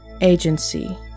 agency